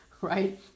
right